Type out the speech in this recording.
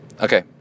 Okay